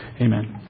Amen